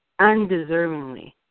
undeservingly